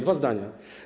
Dwa zdania.